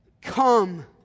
come